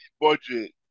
budget